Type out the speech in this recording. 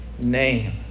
name